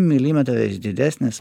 milimetrais didesnis